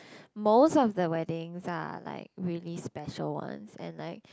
most of the wedding are like really special one and like